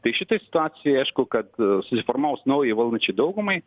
tai šitoj situacijoj aišku kad susiformavus naujai valdančiai daugumai